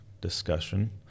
discussion